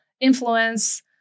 influence